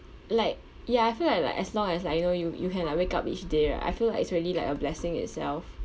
like ya I feel like like as long as like you know you you can like wake up each day right I feel like it's really like a blessing itself